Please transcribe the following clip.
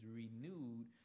renewed